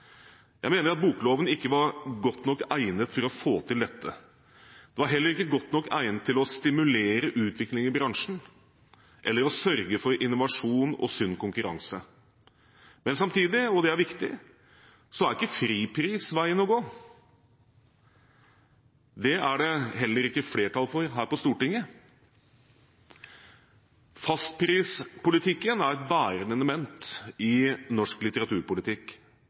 dette. Den var heller ikke godt nok egnet til å stimulere utviklingen i bransjen eller å sørge for innovasjon og sunn konkurranse. Men samtidig – og det er viktig – er ikke fripris veien å gå. Det er det heller ikke flertall for her på Stortinget. Fastprispolitikken er et bærende element i norsk litteraturpolitikk.